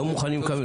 לא מוכנים לקבל,